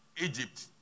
Egypt